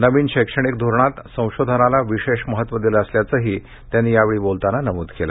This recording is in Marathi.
नविन शैक्षणिक धोरणात संशोधनाला विशेष महत्व दिले असल्याचंही त्यांनी यावेळी बोलताना नमूद केलं